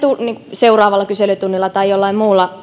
seuraavalla kyselytunnilla tai jossain